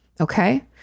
Okay